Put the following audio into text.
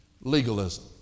legalism